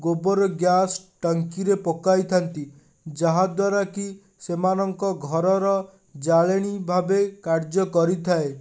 ଗୋବର ଗ୍ୟାସ୍ ଟାଙ୍କିରେ ପକାଇଥାନ୍ତି ଯାହାଦ୍ୱାରା କି ସେମାନଙ୍କ ଘରର ଜାଳେଣୀ ଭାବେ କାର୍ଯ୍ୟ କରିଥାଏ